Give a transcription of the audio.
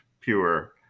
pure